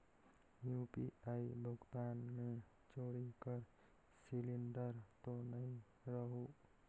UPI भुगतान मे चोरी कर सिलिंडर तो नइ रहु?